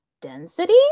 density